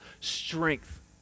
strength